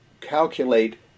calculate